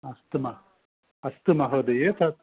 अस्तु मा अस्तु महोदये तत्